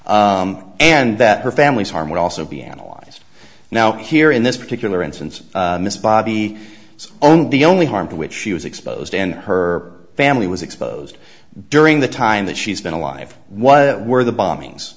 old and that her family's harm would also be analyzed now here in this particular instance miss bobbie so only the only harm to which she was exposed and her family was exposed during the time that she's been alive what were the bombings